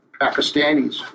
Pakistanis